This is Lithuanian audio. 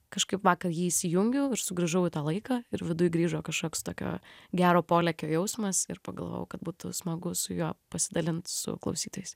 kažkaip vakar jį įsijungiau ir sugrįžau į tą laiką ir viduj grįžo kažkoks tokio gero polėkio jausmas ir pagalvojau kad būtų smagu su juo pasidalint su klausytojais